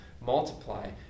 multiply